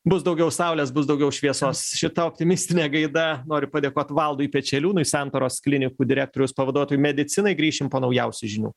bus daugiau saulės bus daugiau šviesos šita optimistine gaida noriu padėkot valdui pečeliūnui santaros klinikų direktoriaus pavaduotojui medicinai grįšim po naujausių žinių